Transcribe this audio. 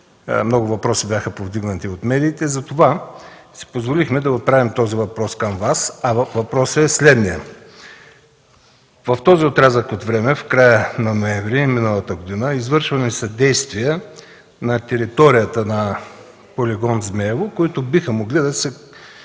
Много въпроси бяха повдигнати от медиите и затова си позволихме да отправим този въпрос към Вас. Въпросът е следният: в този отрязък от време – от края на ноември миналата година, извършвани ли са действия на територията на полигон Змеево, които биха могли да се